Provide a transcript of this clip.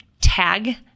tag